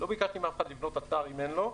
לא ביקשתי מאף אחד לבנות אתר אם אין לו.